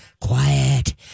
quiet